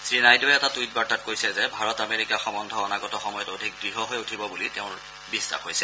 শ্ৰীনাইডুৱে এটা টুইট বাৰ্তাত কৈছে যে ভাৰত আমেৰিকা সম্বন্ধ অনাগত সময়ত অধিক দৃঢ় হৈ উঠিব বুলি তেওঁৰ বিশ্বাস হৈছে